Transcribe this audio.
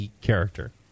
character